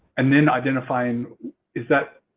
and then, identifying is that